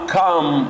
come